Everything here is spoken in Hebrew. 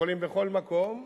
יכולים בכל מקום,